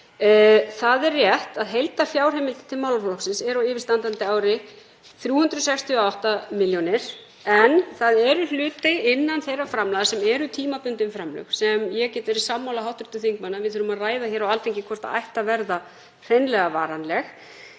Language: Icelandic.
Það er rétt að heildarfjárheimildir til málaflokksins eru á yfirstandandi ári 368 milljónir en það eru hlutir innan þeirra framlaga sem eru tímabundin framlög sem ég get verið sammála hv. þingmanni um að við þurfum að ræða á Alþingi hvort ættu að verða varanleg.